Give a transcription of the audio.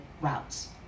routes